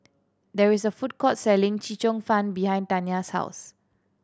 there is a food court selling Chee Cheong Fun behind Tania's house